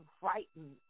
frightened